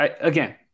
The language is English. again